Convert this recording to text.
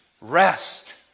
rest